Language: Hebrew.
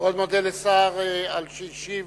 אני מאוד מודה לשר על שהשיב